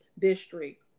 district